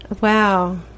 Wow